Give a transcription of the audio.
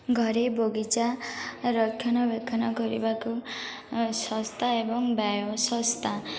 ଘରେ ବଗିଚା ରକ୍ଷଣାବେକ୍ଷଣ କରିବାକୁ ଶସ୍ତା ଏବଂ